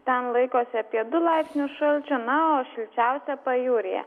ten laikosi apie du laipsnius šalčio na o šilčiausia pajūryje